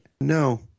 no